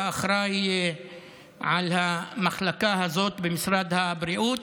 האחראי למחלקה הזאת במשרד הבריאות.